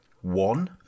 one